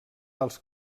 alts